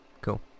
cool